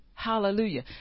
hallelujah